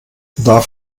darf